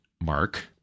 mark